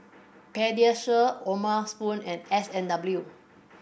Pediasure O'ma Spoon and S and W